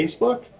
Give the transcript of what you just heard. Facebook